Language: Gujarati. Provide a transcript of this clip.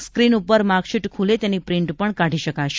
સ્કીન ઉપર માર્કશીટ ખુલે તેની પ્રિન્ટ પણ કાઢી શકાશે